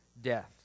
death